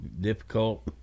difficult